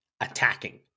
attacking